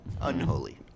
Unholy